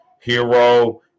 Hero